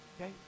Okay